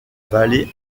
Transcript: vallée